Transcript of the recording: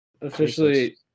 officially